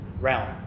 realm